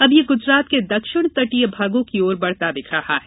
अब यह गुजरात के दक्षिण तटीय भागों की ओर बढ़ता दिख रहा है